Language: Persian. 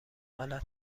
غلط